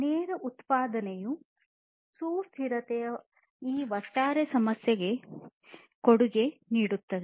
ನೇರ ಉತ್ಪಾದನೆಯು ಸುಸ್ಥಿರತೆಯ ಈ ಒಟ್ಟಾರೆ ಸಮಸ್ಯೆಗೆ ಕೊಡುಗೆ ನೀಡುತ್ತದೆ